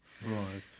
Right